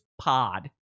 pod